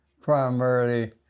primarily